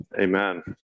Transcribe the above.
Amen